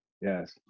Yes